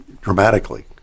dramatically